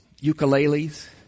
ukuleles